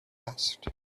asked